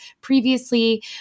previously